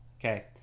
okay